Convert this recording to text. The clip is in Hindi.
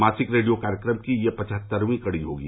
मासिक रेडियो कार्यक्रम की यह पचहत्तरवीं कड़ी होगी